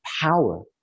power